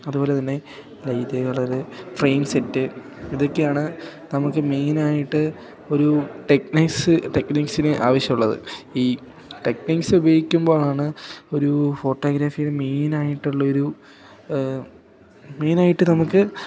അതുപോലെ തന്നെ light colour frame set ഇതൊക്കെയാണ് നമുക്ക് മെയിനായിട്ട് ഒരു ടെക്നിക്സ് ടെക്നിക്സിന് ആവശ്യമുള്ളത് ഈ ടെക്നിക്സ് ഉപയോഗിക്കുമ്പോഴാണ് ഒരു ഫോട്ടോഗ്രാഫിയുടെ മെയിനായിട്ടുള്ളൊരു മെയിനായിട്ട് നമുക്ക്